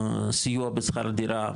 סיוע בשכר דירה,